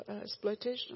exploitation